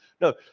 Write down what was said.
No